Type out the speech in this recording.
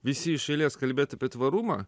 visi iš eilės kalbėt apie tvarumą